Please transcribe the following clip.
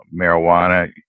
marijuana